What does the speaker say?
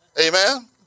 Amen